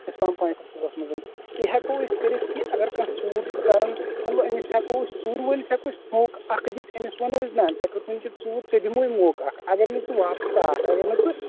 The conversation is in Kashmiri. اِسلام پویِنٹ آف وِیوٗ منٛز یہِ ہٮ۪کَو أسۍ کٔرِتھ یہِ اَگر کانہہ ژوٗر چھُ کَران مطلب أمِس ہٮ۪کَو أسۍ ژوٗرٕ وٲلِس ہٮ۪کَو أسۍ موقعہٕ اکھ دِتھ أمِس وَنو أسۍ نہ ژےٚ کٔرٕتھ وٕنکیٚنس ژوٗر ژےٚ دموے موقعہٕ اکھ اَگر نہٕ ژٕ واپَس آکھ اَگر نہٕ ژٕ